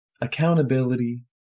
accountability